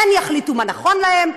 הן יחליטו מה נכון להן,